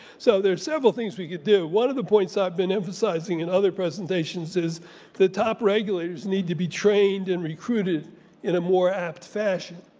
so there are several things we could do. one of the points i've been emphasizing in other presentations is the top regulators need to be trained and recruited in a more apt fashion.